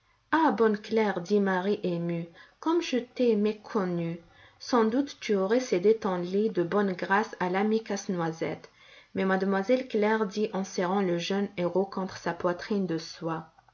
ah bonne claire dit marie émue comme je t'ai méconnue sans doute tu aurais cédé ton lit de bonne grâce à l'ami casse-noisette mais mademoiselle claire dit en serrant le jeune héros contre sa poitrine de soie